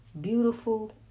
beautiful